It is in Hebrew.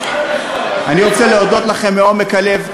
אני רוצה להודות לכם מעומק הלב,